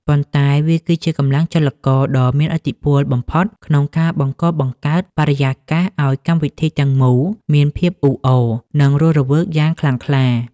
ប៉ុន្តែវាគឺជាកម្លាំងចលករដ៏មានឥទ្ធិពលបំផុតក្នុងការបង្កបង្កើតបរិយាកាសឱ្យកម្មវិធីទាំងមូលមានភាពអ៊ូអរ និងរស់រវើកយ៉ាងខ្លាំងក្លា។